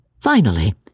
Finally